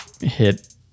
hit